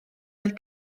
oedd